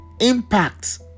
impact